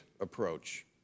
approach